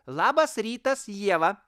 labas rytas ieva